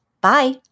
Bye